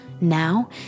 now